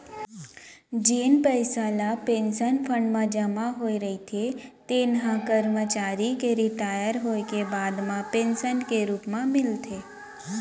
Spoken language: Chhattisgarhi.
जेन पइसा ल पेंसन फंड म जमा होए रहिथे तेन ह करमचारी के रिटायर होए के बाद म पेंसन के रूप म मिलथे